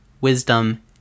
Wisdom